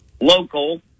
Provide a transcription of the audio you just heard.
local